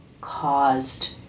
caused